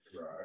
Right